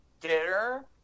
dinner